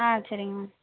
ஆ சரிங்க மேம்